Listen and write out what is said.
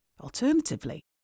Alternatively